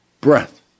breath